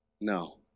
No